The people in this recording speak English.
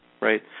right